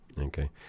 Okay